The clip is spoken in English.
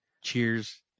cheers